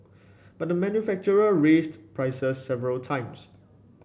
but the manufacturer raised prices several times